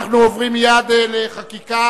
אנחנו עוברים מייד לחקיקה,